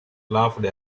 laughed